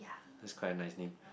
that's quite a nice name